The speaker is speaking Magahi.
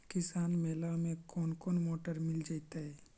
किसान मेला में कोन कोन मोटर मिल जैतै?